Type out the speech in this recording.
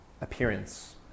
appearance